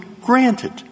granted